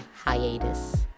hiatus